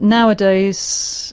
nowadays,